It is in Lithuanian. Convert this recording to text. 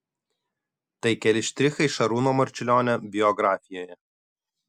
tai keli štrichai šarūno marčiulionio biografijoje